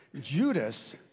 Judas